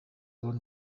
brown